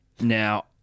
Now